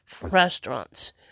restaurants